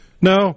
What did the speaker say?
no